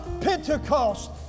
Pentecost